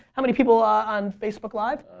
how many people on facebook live?